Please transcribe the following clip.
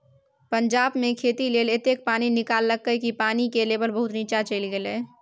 पंजाब मे खेती लेल एतेक पानि निकाललकै कि पानि केर लेभल बहुत नीच्चाँ चलि गेलै